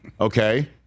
okay